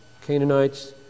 Canaanites